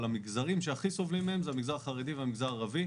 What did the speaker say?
אבל המגזרים שהכי סובלים מהם זה המגזר החרדי והמגזר הערבי.